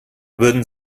würden